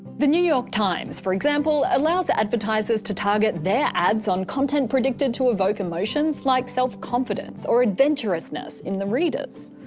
the new york times for example, allows advertisers to target their ads on content predicted to evoke emotions like self-confidence or adventurousness in the readers.